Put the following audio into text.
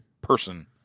person